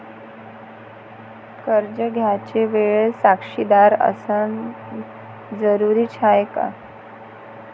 कर्ज घ्यायच्या वेळेले साक्षीदार असनं जरुरीच हाय का?